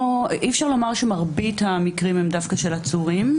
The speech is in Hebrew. אפשר לומר שמרבית המקרים הם דווקא של עצורים.